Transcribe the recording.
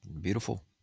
Beautiful